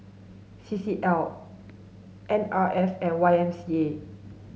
C C L N R F and Y M C A